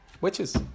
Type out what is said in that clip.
Witches